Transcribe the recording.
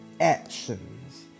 actions